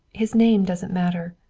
his name doesn't matter.